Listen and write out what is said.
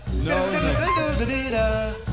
No